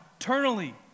eternally